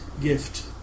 gift